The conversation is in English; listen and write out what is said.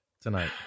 tonight